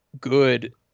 good